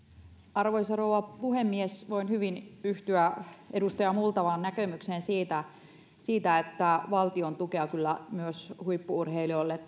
arvoisa rouva puhemies voin hyvin yhtyä edustaja multalan näkemykseen siitä että valtion tukea kyllä tarvitaan myös huippu urheilijoille